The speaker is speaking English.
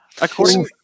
According